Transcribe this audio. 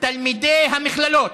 תלמידי המכללות.